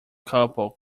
couple